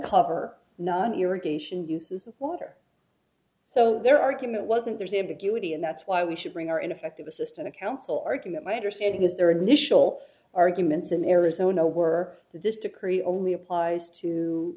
cover non irrigation uses of water so their argument wasn't there's ambiguity and that's why we should bring our ineffective assistance of counsel argument my understanding is there an initial arguments in arizona were that this decree only applies to